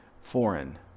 foreign